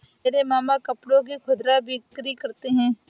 मेरे मामा कपड़ों की खुदरा बिक्री करते हैं